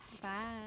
bye